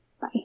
Bye